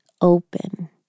open